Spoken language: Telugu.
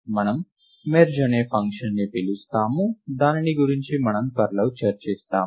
మనము మెర్జ్ అనే ఫంక్షన్ని పిలుస్తాము దానిని గురించి మనము త్వరలో చర్చిస్తాము